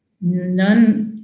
None